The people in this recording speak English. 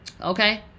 Okay